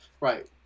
right